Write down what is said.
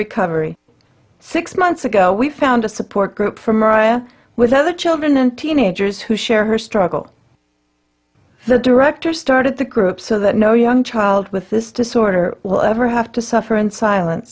recovery six months ago we found a support group for mariah with other children and teenagers who share her struggle the director started the group so that no young child with this disorder will ever have to suffer in silen